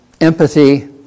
empathy